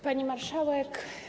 Pani Marszałek!